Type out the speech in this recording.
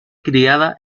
criada